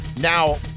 Now